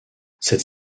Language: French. cette